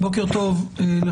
בוקר טוב לכולם,